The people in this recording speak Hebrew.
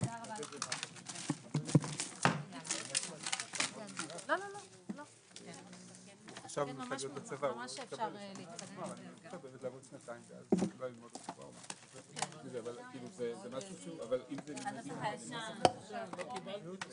ננעלה בשעה 13:30.